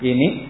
Ini